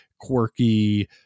quirky